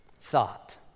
Thought